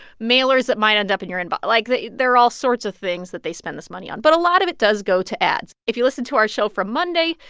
mailers that might end up in your inbox. like, there are all sorts of things that they spend this money on, but a lot of it does go to ads. if you listen to our show from monday,